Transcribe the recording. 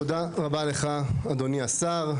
תודה רבה לך אדוני השר.